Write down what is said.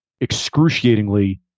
excruciatingly